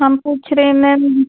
हम पूछ रहे मैम